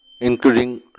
including